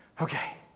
Okay